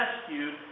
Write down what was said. rescued